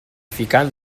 ficant